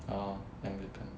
orh anglican